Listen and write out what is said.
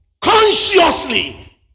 consciously